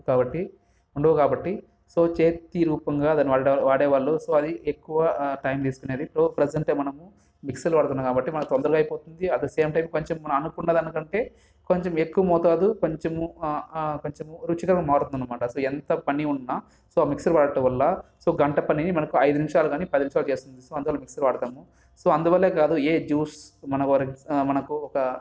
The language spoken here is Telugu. కాబట్టి ఉండవు కాబట్టి సో చేతి రూపంగా దాన్ని వాడ వాడే వాళ్ళు సో అది ఎక్కువ టైం తీసుకునేది సో ప్రెసెంట్ మనము మిక్సీలు వాడుతున్నాం కాబట్టి మన తొందరగా అయిపోతుంది అట్ ది సేమ్ టైం కొంచెం మనము అనుకునే దాని కంటే కొంచెం ఎక్కువ మోతాదు కొంచెము కొంచెము రుచిదనం మారుతుంది అనమాట సో ఎంత పని ఉన్నా సో మిక్సీ వాడటం వల్ల సో గంటపని మనకు ఐదు నిమిషాలు కానీ పది నిమిషాలు చేసేస్తుంది అందుకని వాడతాము సో అందువల్లే కాదు ఏ జ్యూస్ మన వరకు మనకు ఒక